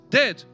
dead